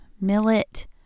millet